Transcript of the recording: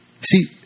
See